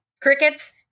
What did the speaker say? Crickets